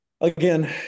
again